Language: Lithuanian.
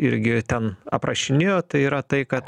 irgi ten aprašinėjo tai yra tai kad